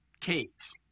caves